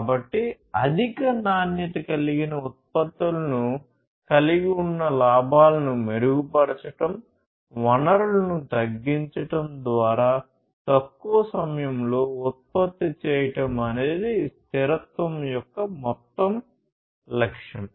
కాబట్టి అధిక నాణ్యత కలిగిన ఉత్పత్తులను కలిగి ఉన్న లాభాలను మెరుగుపరచడం వనరులను తగ్గించడం ద్వారా తక్కువ సమయంలో ఉత్పత్తి చేయడం అనేది స్థిరత్వం యొక్క మొత్తం లక్ష్యం